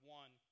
one